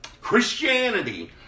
Christianity